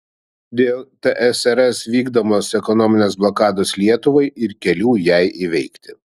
dėl tsrs vykdomos ekonominės blokados lietuvai ir kelių jai įveikti